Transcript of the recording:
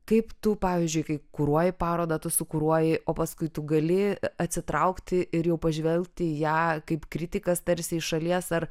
kaip tu pavyzdžiui kai kuruoji parodą tu sukuriuoji o paskui tu gali atsitraukti ir jau pažvelgti į ją kaip kritikas tarsi iš šalies ar